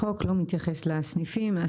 החוק לא מתייחס לסניפים.